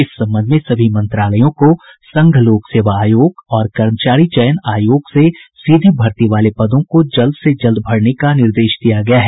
इस संबंध में सभी मंत्रालयों को संघ लोक सेवा आयोग और कर्मचारी चयन आयोग से सीधी भर्ती वाले पदों को जल्द से जल्द भरने का निर्देश दिया गया है